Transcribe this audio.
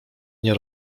nie